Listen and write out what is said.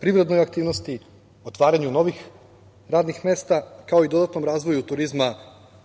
privrednoj aktivnosti, otvaranju novih radnih mesta, kao i dodatnom razvoju turizma